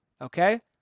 Okay